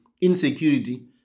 insecurity